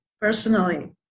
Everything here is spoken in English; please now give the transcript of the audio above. personally